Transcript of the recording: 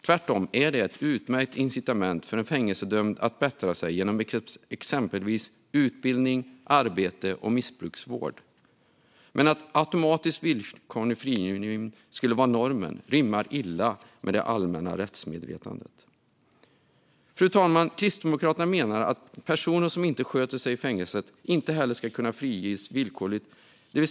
Det är tvärtom ett utmärkt incitament för en fängelsedömd att bättra sig genom exempelvis utbildning, arbete och missbruksvård. Men att automatisk villkorlig frigivning ska vara normen rimmar illa med det allmänna rättsmedvetandet. Fru talman! Kristdemokraterna menar att personer som inte sköter sig i fängelset inte heller ska kunna friges villkorligt.